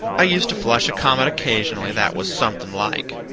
i used to flush a comet occasionally that was something like.